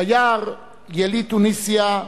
טיאר, יליד תוניסיה,